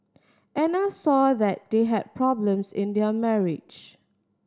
Anna saw that they had problems in their marriage